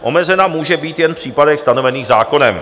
Omezena může být jen v případech stanovených zákonem.